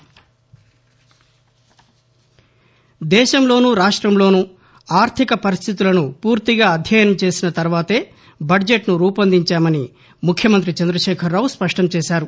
CM దేశంలోనూ రాష్ట్రంలోనూ ఆర్థిక పరిస్థితులను పూర్తిగా అధ్యయనం చేసిన తర్వాతే బద్జెట్ను రూపొందించామని ముఖ్యమంతి చంద్రదశేఖర్ రావు స్పష్టం చేశారు